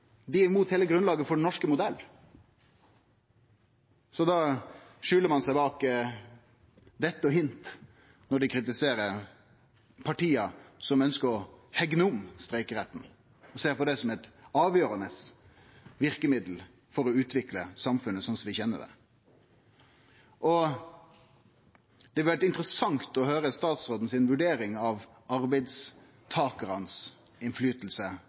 Dei er imot heile grunnlaget for den norske modellen. Så da skjuler ein seg bak dette og hint når dei kritiserer partia som ønskjer å hegne om streikeretten, og ser på det som eit avgjerande verkemiddel for å utvikle samfunnet sånn som vi kjenner det. Det hadde vore interessant å høyre statsråden si vurdering av